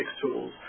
tools